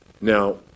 Now